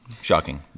shocking